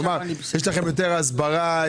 יש לכם יותר הסברה?